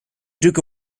duke